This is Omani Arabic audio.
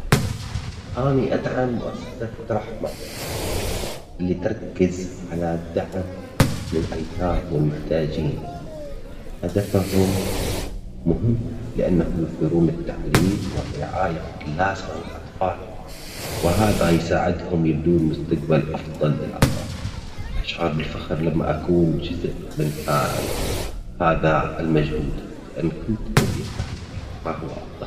أني أدعم مؤسسة رحمة اللي تركز على دعم للأيتام والمحتاجين، هدفهم مهم لأنه يوفرون التعليم والرعاية اللازمة للأطفال وهذا يساعدهم يبنون مستقبل أفضل للأطفال، أشعر بالفخر لما أكون جزء من هذا هذا المجهود لأن كل طفل يستحق ما هو أفضل.